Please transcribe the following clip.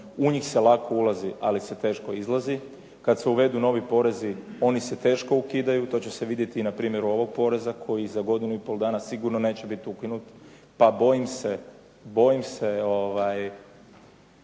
u njih se lako ulazi, ali se teško izlazi. Kad se uvedu novi porezi oni se teško ukidaju, to će se vidjeti i na primjeru ovog poreza koji za godinu i pol dana sigurno neće biti ukinut. Pa bojim se, bez